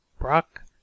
Brock